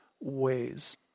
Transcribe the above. ways